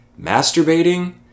masturbating